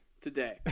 Today